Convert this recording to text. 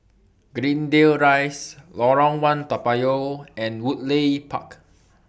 Greendale Rise Lorong one Toa Payoh and Woodleigh Park